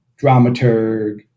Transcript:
dramaturg